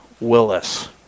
Willis